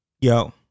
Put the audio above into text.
yo